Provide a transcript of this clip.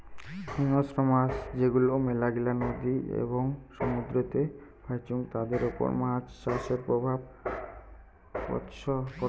হিংস্র মাছ যেগুলো মেলাগিলা নদী এবং সমুদ্রেতে পাইচুঙ তাদের ওপর মাছ চাষের প্রভাব পড়সৎ